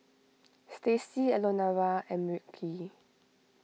Stacie Elenora and Wilkie